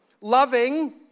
loving